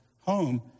home